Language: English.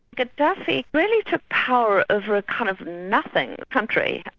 gaddafi really took power over a kind of nothing country.